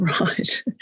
Right